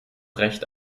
recht